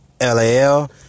LAL